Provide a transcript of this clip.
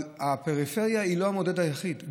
אבל הפריפריה היא לא המדד היחיד.